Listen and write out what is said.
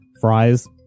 Fries